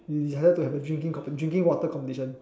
we decided to have a drinking drinking water competition